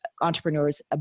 entrepreneurs